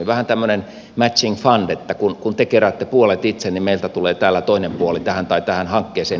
vähän tämmöinen matching fund että kun te keräätte puolet itse niin meiltä tulee täältä toinen puoli tähän tai tähän hankkeeseen